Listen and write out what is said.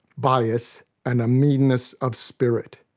bias and a meanness of spirit.